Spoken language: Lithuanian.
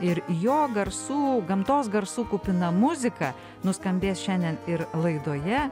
ir jo garsų gamtos garsų kupina muzika nuskambės šiandien ir laidoje